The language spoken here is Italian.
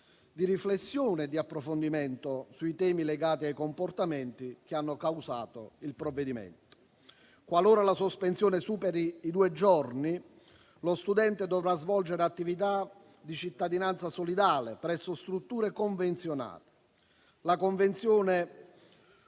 di riflessione e di approfondimento sui temi legati ai comportamenti che hanno causato il provvedimento. Qualora la sospensione superi i due giorni, lo studente dovrà svolgere attività di cittadinanza solidale presso strutture convenzionate. La convenzione